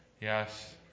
Yes